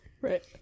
Right